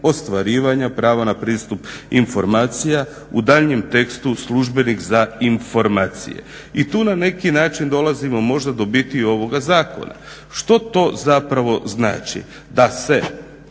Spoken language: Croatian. ostvarivanje prava na pristup informacija u daljnjem tekstu službenik za informacije. I tu na neki način dolazimo možda do biti ovoga zakona. Što to zapravo znači? Da se